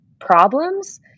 problems